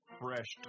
fresh